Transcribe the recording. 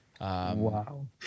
Wow